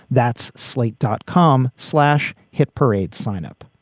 that's slate dot com. slash hit parade. sign up.